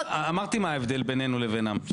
אבל אמרתי מה הבדל בינינו לבינם,